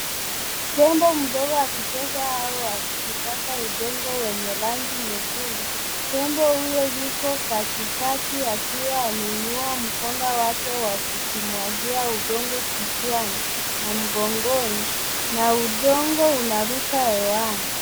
Tembo mdogo akicheza au akijipaka udongo wenye rangi nyekundu, tembo huyo yuko katikati akiwa amaeinua mkonga wake akijimwagia udongo kichwani na mgongoni na udogo unaruka hewani.